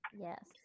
Yes